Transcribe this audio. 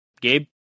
Gabe